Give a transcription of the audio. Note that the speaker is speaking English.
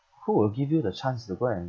who will give you the chance to go and